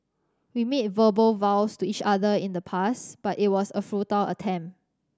we made verbal vows to each other in the past but it was a futile attempt